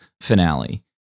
finale